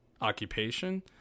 occupation